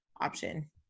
option